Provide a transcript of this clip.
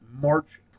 March